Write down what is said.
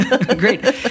Great